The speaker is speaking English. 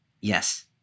Yes